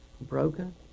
Broken